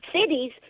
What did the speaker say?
cities